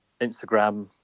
Instagram